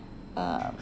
uh